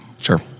Sure